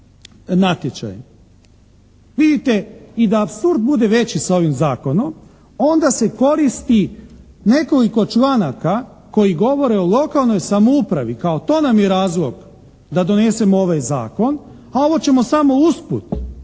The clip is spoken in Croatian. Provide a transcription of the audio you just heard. i da apsurd bude veći sa ovim zakonom, onda se koristi nekoliko članaka koji govore o lokalnoj samoupravi, kao to nam je razlog, da donesemo ovaj zakon a ovo ćemo samo usput